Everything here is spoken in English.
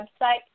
website